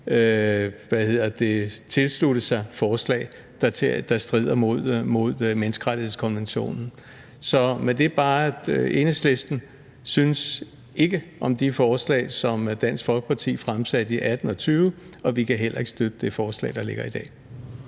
tilslutte sig forslag, der strider mod menneskerettighedskonventionen. Så med det bare sagt, at Enhedslisten ikke synes om de forslag, som Dansk Folkeparti fremsatte i 2018 og 2020, og vi kan heller ikke støtte det forslag, der ligger her i dag.